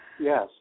Yes